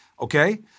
Okay